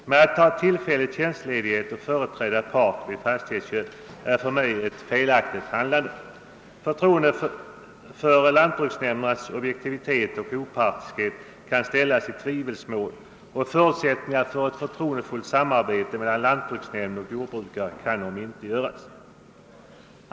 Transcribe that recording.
Men att ta tillfällig tjänstledighet och företräda part vid Iastighetsköp är för mig ett felaktigt handlande. Förtroendet för lantbruksnämndernas objektivitet och opartiskhet kan därigenom ställas i tvivelsmål, och förutsättningen för ett förtroendefullt samarbete mellan lantbruksnämnd och jordbrukare kan därigenom omintetgöras.